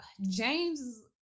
James